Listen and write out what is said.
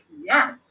yes